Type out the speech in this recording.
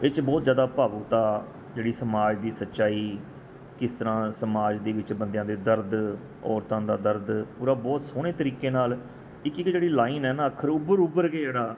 ਇਹ 'ਚ ਬਹੁਤ ਜ਼ਿਆਦਾ ਭਾਵੁਕਤਾ ਜਿਹੜੀ ਸਮਾਜ ਦੀ ਸੱਚਾਈ ਕਿਸ ਤਰ੍ਹਾਂ ਸਮਾਜ ਦੇ ਵਿੱਚ ਬੰਦਿਆਂ ਦੇ ਦਰਦ ਔਰਤਾਂ ਦਾ ਦਰਦ ਪੂਰਾ ਬਹੁਤ ਸੋਹਣੇ ਤਰੀਕੇ ਨਾਲ ਇੱਕ ਇੱਕ ਜਿਹੜੀ ਲਾਈਨ ਹੈ ਨਾ ਅੱਖਰ ਉਹ ਉੱਭਰ ਉੱਭਰ ਕੇ ਜਿਹੜਾ